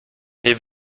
mes